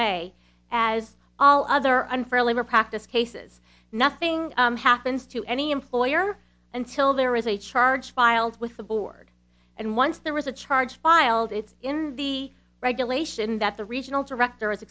way as all other unfair labor practice cases nothing happens to any employer until there is a charge filed with the board and once there was a charge filed it's in the regulation that the regional director is